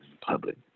public